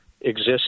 exist